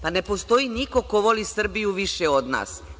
Pa, ne postoji niko ko voli Srbiju više od nas.